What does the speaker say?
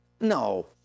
No